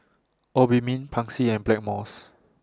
Obimin Pansy and Blackmores